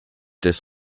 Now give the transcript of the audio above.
des